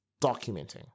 documenting